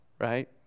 right